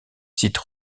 sites